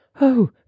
oh